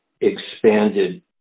expanded